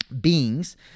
beings